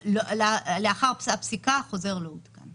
לאחר הפסיקה החוזר לא עודכן.